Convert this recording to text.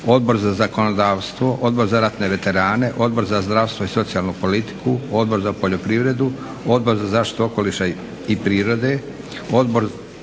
Odbor za zakonodavstvo, Odbor za ratne veterane, Odbor za zdravstvo i socijalnu politiku, Odbor za poljoprivredu, Odbor za zaštitu okoliša i prirode, Odbor